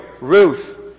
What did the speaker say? Ruth